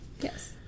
Yes